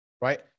right